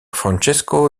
francesco